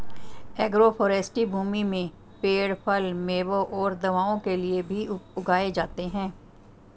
agroforestry भूमि में पेड़ फल, मेवों और दवाओं के लिए भी उगाए जाते है